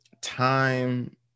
time